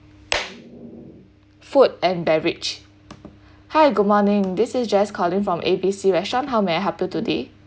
food and beverage hi good morning this is jess calling from A_B_C restaurant how may I help you today